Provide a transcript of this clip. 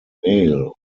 mail